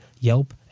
yelp